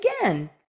again